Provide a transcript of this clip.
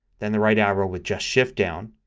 then the right arrow with just shift down.